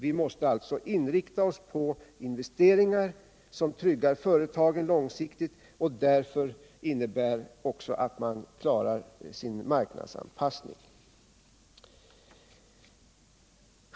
Vi måste inrikta oss på investeringar som tryggar företagen långsiktigt och som därför också innebär att företagen klarar sin marknadsanpassning.